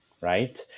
right